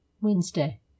Wednesday